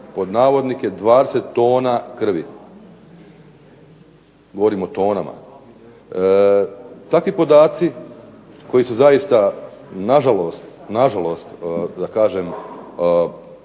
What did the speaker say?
potrošila "20 tona krvi". Govorim o tonama. Takvi podaci koji su zaista nažalost da kažem